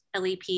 LEP